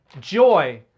joy